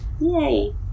Yay